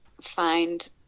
find